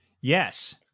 Yes